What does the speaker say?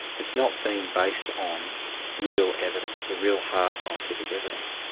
it's not being based on real evidence, a real hard scientific evidence.